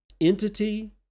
entity